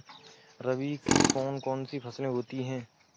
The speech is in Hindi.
रबी की कौन कौन सी फसलें होती हैं?